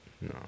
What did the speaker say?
No